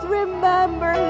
remember